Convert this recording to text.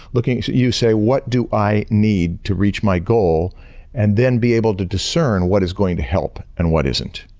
looking you say, what do i need to reach my goal and then be able to discern what is going to help and what isn't?